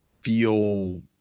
feel